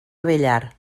abellar